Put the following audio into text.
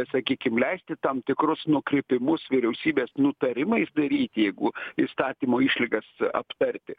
sakykim leisti tam tikrus nukrypimus vyriausybės nutarimais daryt jeigu įstatymo išlygas aptarti